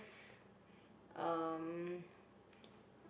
um